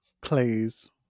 please